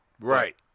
Right